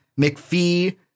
McPhee